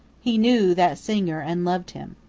he knew that singer and loved him.